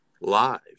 Live